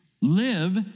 live